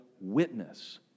witness